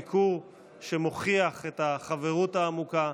ביקור שמוכיח את החברות העמוקה,